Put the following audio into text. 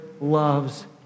loves